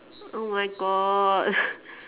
oh my god